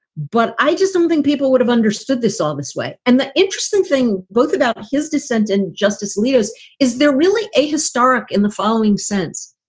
but i just something people would have understood this all this way. and the interesting thing, both about his dissent and justice leto's, is there really a historic in the following sense?